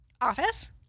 Office